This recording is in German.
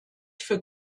für